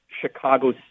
Chicago